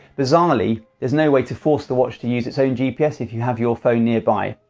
bizarrely there's no way to force the watch to use its own gps if you have your phone nearby,